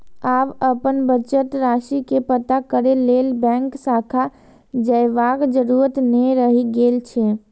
आब अपन बचत राशि के पता करै लेल बैंक शाखा जयबाक जरूरत नै रहि गेल छै